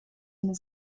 eine